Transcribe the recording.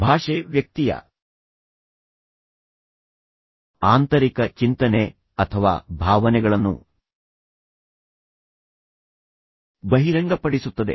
ಭಾಷೆ ವ್ಯಕ್ತಿಯ ಆಂತರಿಕ ಚಿಂತನೆ ಅಥವಾ ಭಾವನೆಗಳನ್ನು ಬಹಿರಂಗಪಡಿಸುತ್ತದೆ